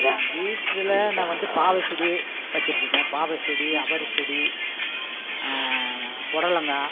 வீட்டில் நான் வந்து பாவச்செடி வச்சுருக்கேங்க பாவச்செடி அவரை செடி புடலங்கா